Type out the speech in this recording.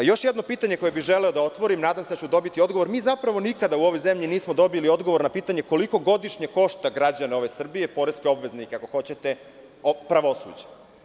Još jedno pitanje koje bi želeo da otvorim, nadam se da ću dobiti odgovor, mi zapravo nikada u ovoj zemlji nismo dobili odgovor na pitanje koliko godišnje košta građane ove Srbije, poreske obveznike ako hoćete, pravosuđe?